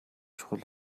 чухал